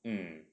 mm